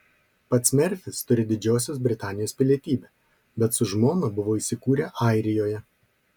pats merfis turi didžiosios britanijos pilietybę bet su žmona buvo įsikūrę airijoje